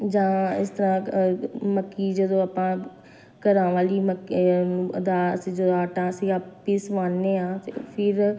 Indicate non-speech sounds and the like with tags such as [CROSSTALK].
ਜਾਂ ਇਸ ਤਰ੍ਹਾਂ [UNINTELLIGIBLE] ਮੱਕੀ ਜਦੋਂ ਆਪਾਂ ਘਰਾਂ ਵਾਲੀ ਮੱਕੇ ਦਾ ਅਸੀਂ ਜਦੋਂ ਆਟਾ ਅਸੀਂ ਪਿਸਵਾਉਂਦੇ ਆ ਤਾਂ ਫਿਰ